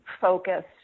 focused